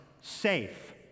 safe